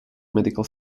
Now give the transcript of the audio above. medical